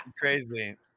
crazy